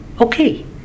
Okay